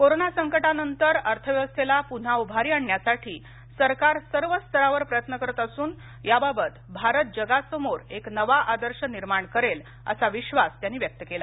corona संकटा नंतर अर्थव्यवस्थेला पुन्हा उभारी आणण्यासाठी सरकार सर्व स्तरावर प्रयत्न करत असून याबाबत भारत जगासमोर एक नवा आदर्श निर्माण करेल असा विश्वास त्यांनी व्यक्त केला